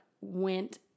went